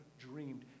dreamed